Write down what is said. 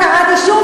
וקראתי שוב,